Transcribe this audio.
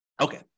Okay